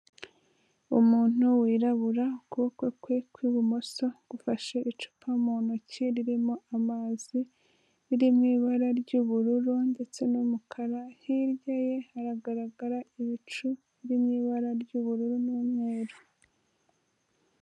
Umuntu wirabura ukuboko kwe kw'ibumoso gufashe icupa mu ntoki ririmo amazi riri mu ibara ry'ubururu ndetse n'umukara, hirya ye hagaragara ibicu biri mu ibara ry'ubururu n'umweru.